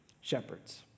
Shepherds